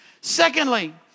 Secondly